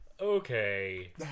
okay